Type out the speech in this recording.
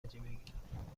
بگیرم